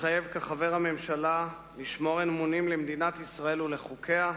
מתחייב כחבר הממשלה לשמור אמונים למדינת ישראל ולחוקיה,